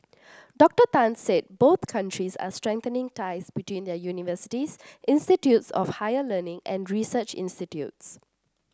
Doctor Tan said both countries are strengthening ties between their universities institutes of higher learning and research institutes